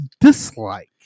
dislike